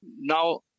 now